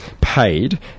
paid